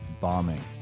bombing